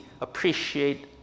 appreciate